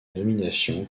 nomination